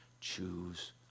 Choose